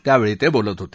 त्यावेळी ते बोलत होते